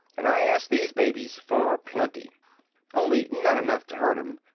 and i asked these babies for plenty only not enough to hurt em.